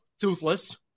toothless